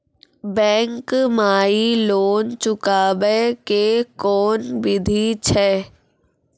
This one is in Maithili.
बैंक माई लोन चुकाबे के कोन बिधि छै?